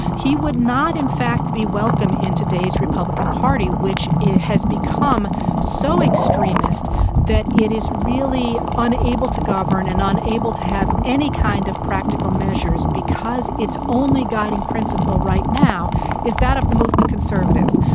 he would not in fact be welcome in today's republican party, which has become so extremist that it is really unable to govern and unable to have any kind of practical measures because its only guiding principle right now is that of the movement conservatives,